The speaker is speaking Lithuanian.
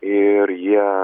ir jie